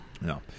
No